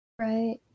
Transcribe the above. Right